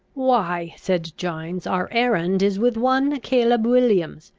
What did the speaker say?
why, said gines, our errand is with one caleb williams,